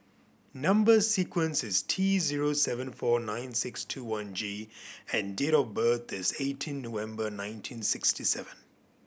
number sequence is T zero seven four nine six two one G and date of birth is eighteen November nineteen sixty seven